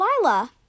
Lila